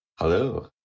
Hello